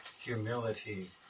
humility